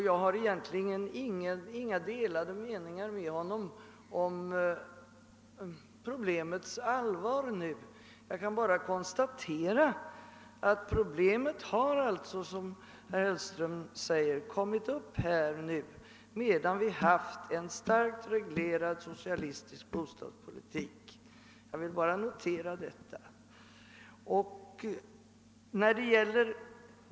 Vi har egentligen inga delade meningar om problemets allvar, utan vill bara konstatera att problemet har, som herr Hellström själv sade, uppkommit medan det förts en starkt reglerad socialistisk bostadspolitik.